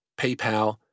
PayPal